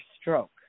stroke